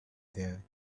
their